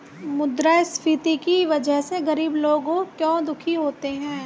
मुद्रास्फीति की वजह से गरीब लोग क्यों दुखी होते हैं?